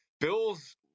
Bills